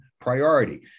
priority